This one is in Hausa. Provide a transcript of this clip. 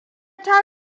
ta